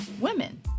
Women